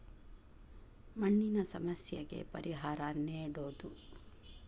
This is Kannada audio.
ಮಣ್ಣಿನ ಸಮಸ್ಯೆಗೆ ಪರಿಹಾರಾ ನೇಡುದು